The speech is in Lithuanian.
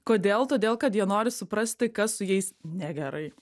kodėl todėl kad jie nori suprasti kas su jais negerai